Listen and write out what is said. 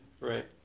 right